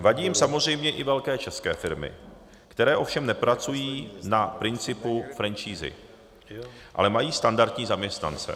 Vadí jim samozřejmě i velké české firmy, které ovšem nepracují na principu franšízy, ale mají standardní zaměstnance.